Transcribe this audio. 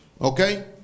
Okay